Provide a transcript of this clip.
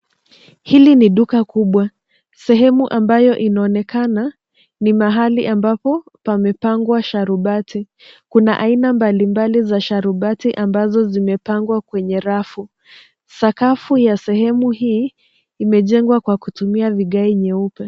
Hili ni duka kubwa. Sheemu amabayo inainekana ni mahali ambapo pamepangwa sharubati. Kuna aina mbalimbali za sharubati ambazo zimapangwa kwenye rafu. Sakafu ya sehemu hii imejengwa kwa kutumia vigae nyeupe.